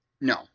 No